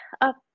up